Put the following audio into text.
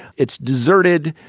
it's deserted.